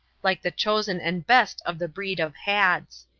like the chosen and best of the breed of hads.